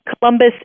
Columbus